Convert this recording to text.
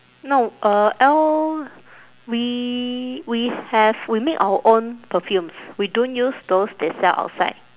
no uh al~ we we have we make our own perfumes we don't use those they sell outside